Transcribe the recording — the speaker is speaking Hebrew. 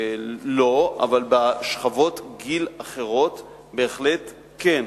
לא, אבל בשכבות גיל אחרות בהחלט כן.